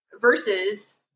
versus